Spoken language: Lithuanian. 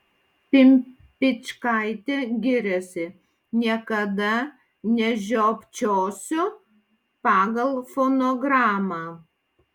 pimpičkaitė giriasi niekada nežiopčiosiu pagal fonogramą